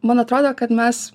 man atrodo kad mes